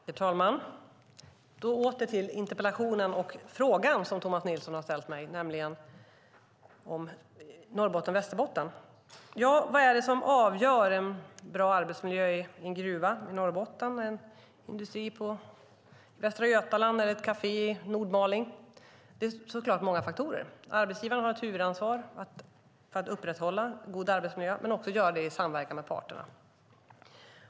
Herr talman! Jag återgår till interpellationen och frågan som Tomas Nilsson har ställt till mig, nämligen om Norrbotten och Västerbotten. Vad är det som avgör vad som är en bra arbetsmiljö i en gruva i Norrbotten, i en industri i Västra Götaland eller på ett kafé i Nordmaling? Det är såklart många faktorer. Arbetsgivaren har huvudansvaret för att upprätthålla en god arbetsmiljö men ska också göra det i samverkan med parterna.